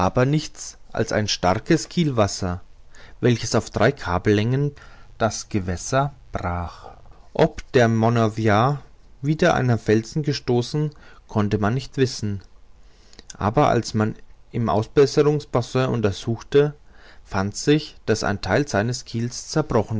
nichts als ein starkes kielwasser welches auf drei kabellänge das gewässer brach ob der moravian wider einen felsen gestoßen konnte man nicht wissen aber als man im ausbesserungsbassin untersuchte fand sich daß ein theil seines kiels zerbrochen